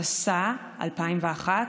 התשס"א 2001,